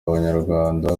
abanyarwanda